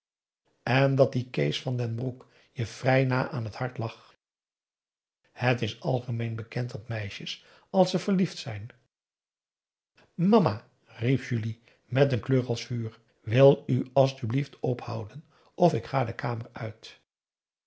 en dat die kees van den broek je vrij na aan het hart lag het is algemeen bekend dat meisjes als ze verliefd zijn mama riep julie met een kleur als vuur wilt u asjeblieft ophouden of ik ga de kamer uit